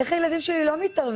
איך הילדים שלי לא מתערבבים.